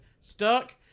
stuck